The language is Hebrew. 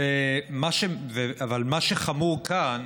אבל מה שחמור כאן